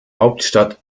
hauptstadt